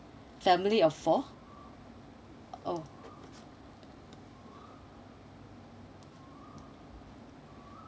family of four oh